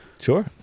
Sure